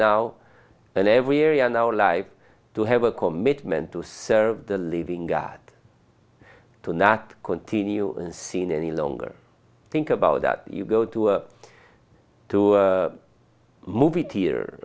now in every area now live to have a commitment to serve the living god to not continue seen any longer think about that you go to two movie theater